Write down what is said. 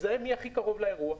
מזהה מי הכי קרוב לאירוע,